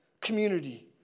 community